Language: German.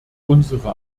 unsere